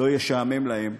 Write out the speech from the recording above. לא ישעמם להן,